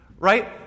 Right